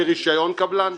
לרישיון קבלן,